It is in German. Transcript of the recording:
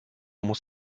muss